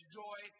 joy